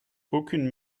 aucune